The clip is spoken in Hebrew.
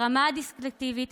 ברמה הדקלרטיבית,